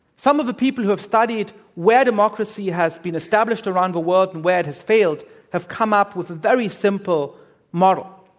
some of the people who have studied where democracy has been established around the world and where it has failed have come up with a very simple model.